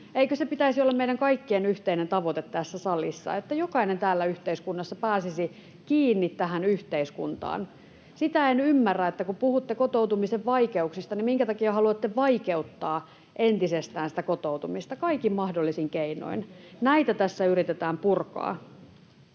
Eikö pitäisi olla meidän kaikkien yhteinen tavoite tässä salissa, että jokainen täällä yhteiskunnassa pääsisi kiinni tähän yhteiskuntaan? Sitä en ymmärrä, että kun puhutte kotoutumisen vaikeuksista, niin minkä takia haluatte vaikeuttaa entisestään sitä kotoutumista kaikin mahdollisin keinoin. [Jukka Mäkysen